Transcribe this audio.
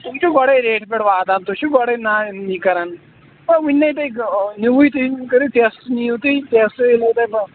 تِم چھِ گۄڈٕے ریٹہٕ پٮ۪ٹھ واتان تُہۍ چھِو گۄڈٕے نا یی کران ہا ؤنہِ نَے تۄہہِ نیٛوٗوُے تہٕ کٔریو ٹیٚسٹ نِیو تُہۍ ٹیٚسٹہٕ